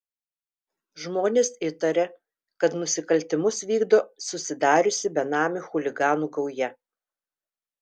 žmonės įtaria kad nusikaltimus vykdo susidariusi benamių chuliganų gauja